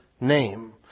name